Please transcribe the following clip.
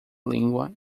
língua